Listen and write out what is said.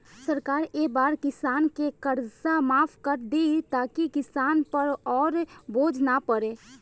सरकार ए बार किसान के कर्जा माफ कर दि ताकि किसान पर अउर बोझ ना पड़े